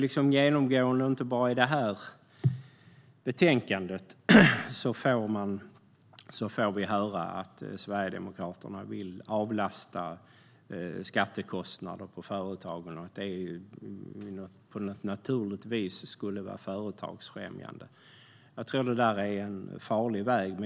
Inte bara i detta betänkande utan genomgående säger Sverigedemokraterna att de vill avlasta företagen skattekostnader och att det på ett naturligt vis skulle vara företagsfrämjande. Jag tror att det är en farlig väg.